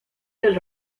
del